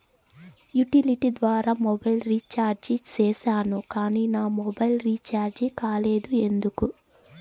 Utility ద్వారా mobile recharge సేసాను కానీ నా మొబైల్ రీచార్జి కాలేదు ఎందుకు?